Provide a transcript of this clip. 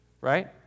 right